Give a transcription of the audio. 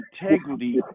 integrity